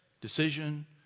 decision